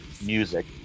music